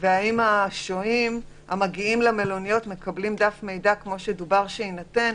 והאם המגיעים למלוניות מקבלים דף מידע כמו שדובר שיינתן,